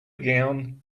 gown